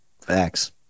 Facts